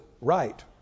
right